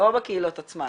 לא בקהילות עצמן.